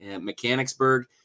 Mechanicsburg